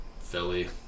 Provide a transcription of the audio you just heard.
Philly